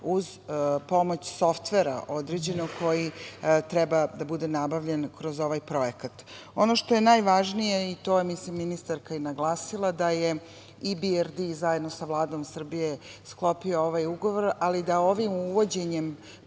uz pomoć određenog softvera koji treba da bude nabavljen kroz ovaj projekat. Ono što je najvažnije, i to je ministarka i naglasila, da je IBRD, zajedno sa Vladom Srbije, sklopio ovaj ugovor, ali da ovim uvođenjem